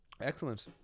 excellent